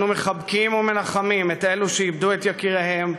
אנחנו מחבקים ומנחמים את אלו שאיבדו את יקיריהם,